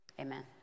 Amen